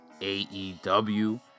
AEW